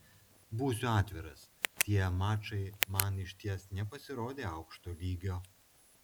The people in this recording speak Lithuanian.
būsiu atviras tie mačai man išties nepasirodė aukšto lygio